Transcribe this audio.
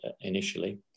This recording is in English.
initially